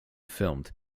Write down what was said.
filmed